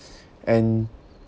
and